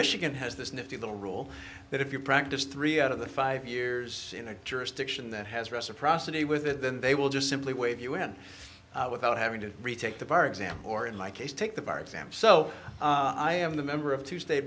michigan has this nifty little rule that if you practice three out of the five years in a jurisdiction that has reciprocity with it then they will just simply wave you in without having to retake the bar exam or in my case take the bar exam so i am the member of tuesday